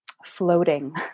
floating